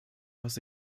was